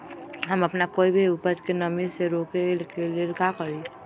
हम अपना कोई भी उपज के नमी से रोके के ले का करी?